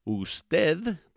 Usted